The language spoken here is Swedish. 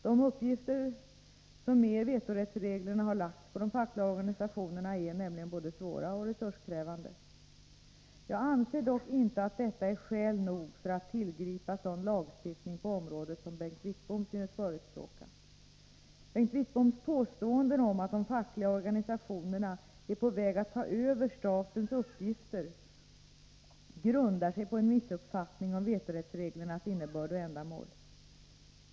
De uppgifter som med vetorättsreglerna har lagts på de fackliga organisationerna är nämligen både svåra och resurskrävande. Jag anser dock inte att detta är skäl nog för att tillgripa sådan lagstiftning på området som Bengt Wittbom synes förespråka. Bengt Wittboms påstående om att de fackliga organisationerna är på väg att ta över statens uppgifter grundar sig på en missuppfattning om vetorättsreglernas innebörd och ändamål.